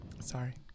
Sorry